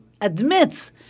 admits